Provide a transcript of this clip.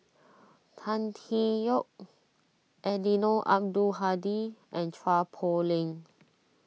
Tan Tee Yoke Eddino Abdul Hadi and Chua Poh Leng